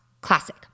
classic